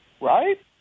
Right